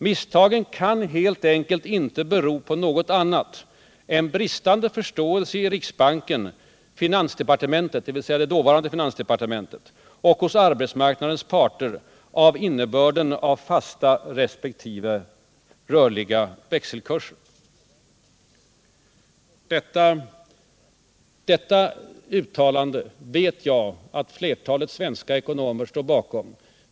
Misstagen kan helt enkelt inte bero på något annat än bristande förståelse i riksbanken, finansdepartementet” — dvs. det dåvarande finansdepartementet — ”och hos arbetsmarknadens parter av innebörden av fasta respektive rörliga växelkurser.” Detta uttalande vet jag att flertalet svenska ekonomer står bakom.